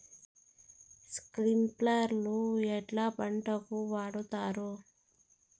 స్ప్రింక్లర్లు ఎట్లా పంటలకు వాడుతారు?